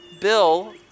Bill